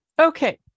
Okay